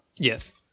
Yes